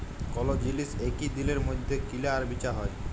call জিলিস একই দিলের মইধ্যে কিলা আর বিচা হ্যয়